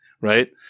right